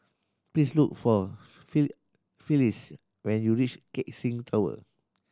please look for Phylis when you reach Keck Seng Tower